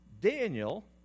Daniel